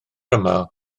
yma